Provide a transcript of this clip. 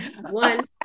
One